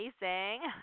amazing